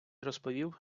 розповів